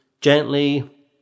gently